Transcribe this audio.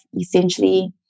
essentially